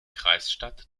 kreisstadt